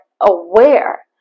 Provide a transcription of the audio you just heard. aware